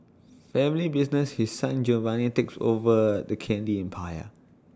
family business His Son Giovanni takes over the candy empire